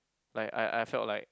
like I I felt like